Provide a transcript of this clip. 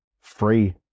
free